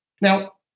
Now